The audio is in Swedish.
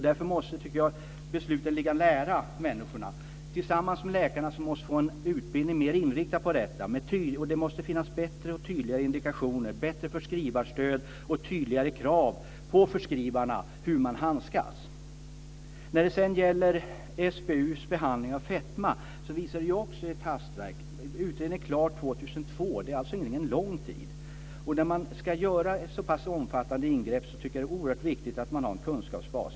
Därför tycker jag att besluten måste ligga nära människorna tillsammans med läkarna, som måste få en utbildning med en inriktning på detta. Det måste finnas bättre och tydligare indikationer, bättre förskrivarstöd och tydligare krav på förskrivarna hur de ska handskas med detta. SBU:s behandling av fetma visar också på ett hastverk. Utredningen blir klar år 2002. Den har alltså inte lång tid på sig. När man ska göra så pass omfattande ingrepp tycker jag att det är oerhört viktigt att man har en kunskapsbas.